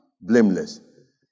blameless